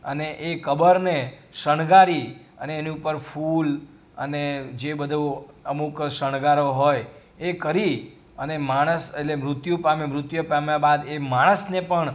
અને એ કબરને શણગારી અને એની ઉપર ફૂલ અને જે બધો અમુક શણગારો હોય એ કરી અને માણસ એટલે મૃત્યુ પામ્યો મૃત્યુ પામ્યા બાદ એ માણસને પણ